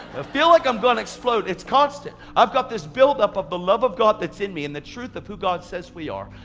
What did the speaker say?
feel like i'm gonna explode. it's constant. i've got this build-up of the love of god that's in me and the truth of who god says we are,